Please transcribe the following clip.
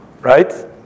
right